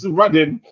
running